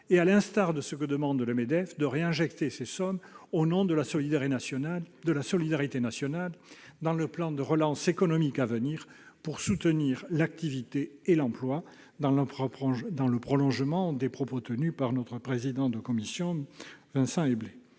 et, à l'instar de ce que réclame le Medef, de réinjecter ces sommes, au nom de la solidarité nationale, dans le plan de relance économique à venir pour soutenir l'activité et l'emploi dans le prolongement des propos tenus par le président de la commission des